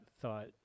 thought